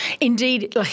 Indeed